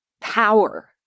power